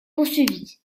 poursuivi